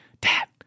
dad